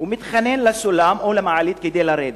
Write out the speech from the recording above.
ומתחנן לסולם או למעלית כדי לרדת,